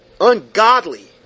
Ungodly